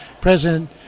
president